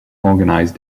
organize